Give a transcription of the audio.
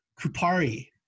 Kupari